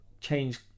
change